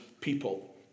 people